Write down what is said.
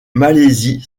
malaisie